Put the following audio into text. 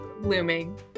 blooming